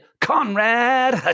Conrad